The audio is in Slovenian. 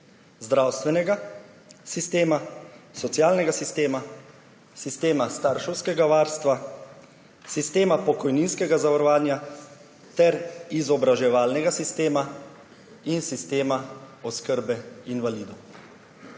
zdravstvenega sistema, socialnega sistema, sistema starševskega varstva, sistema pokojninskega zavarovanja, izobraževalnega sistema in sistema oskrbe invalidov.